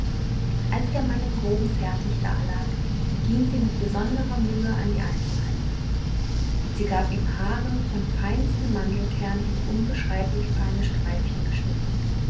als der mann im groben fertig dalag ging sie mit besonderer mühe an die einzelheiten sie gab ihm haare von dem feinsten mandelkern in unbeschreiblich feine streifchen geschnitten